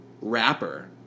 rapper